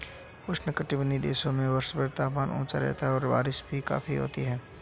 उष्णकटिबंधीय देशों में वर्षभर तापमान ऊंचा रहता है और बारिश भी काफी होती है